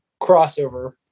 crossover